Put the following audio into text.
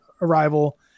Arrival